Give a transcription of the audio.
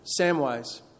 Samwise